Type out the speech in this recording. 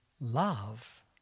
Love